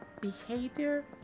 behavior